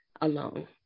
alone